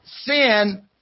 sin